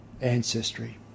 ancestry